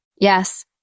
Yes